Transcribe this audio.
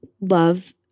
love